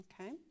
Okay